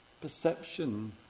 perception